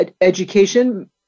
education